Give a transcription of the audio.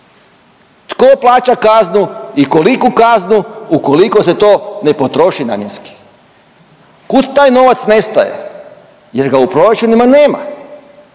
Tko plaća kaznu i koliku kaznu ukoliko se to ne potroši namjenski? Kud taj novac nestaje jer ga u proračunima nema.